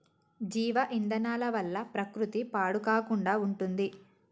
జీవ ఇంధనాల వల్ల ప్రకృతి పాడు కాకుండా ఉంటుంది